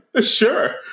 sure